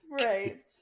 Right